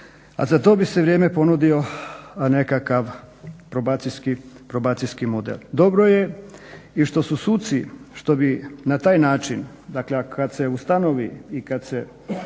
a za to vrijeme bi se ponudio nekakav probacijski model. Dobro je i što su suci što bi na taj način kada se ustanovi i kada se